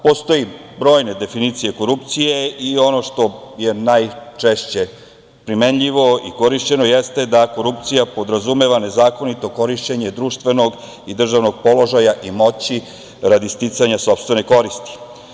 Postoje brojne definicije korupcije i ono što je najčešće primenjivo i korišćeno jeste da korupcija podrazumeva nezakonito korišćenje društvenog i državnog položaja i moći radi sticanja sopstvene koristi.